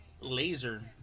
Laser